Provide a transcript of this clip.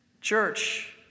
Church